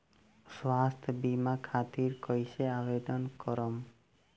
स्वास्थ्य बीमा खातिर कईसे आवेदन करम?